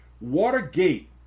Watergate